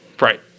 Right